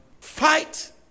Fight